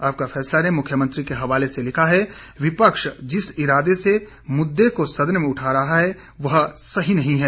आपका फैसला ने मुख्यमंत्री के हवाले से लिखा है विपक्ष जिस इरादे से मुंदे को सदन में उठा रहा है वह सही नहीं है